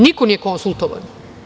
Niko nije konsultovan.